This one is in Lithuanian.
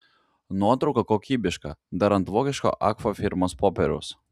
nuotrauka kokybiška dar ant vokiško agfa firmos popieriaus